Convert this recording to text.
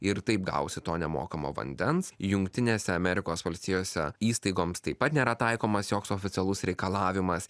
ir taip gausi to nemokamo vandens jungtinėse amerikos valstijose įstaigoms taip pat nėra taikomas joks oficialus reikalavimas